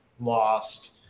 lost